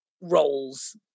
roles